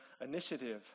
initiative